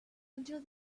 until